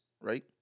right